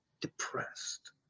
depressed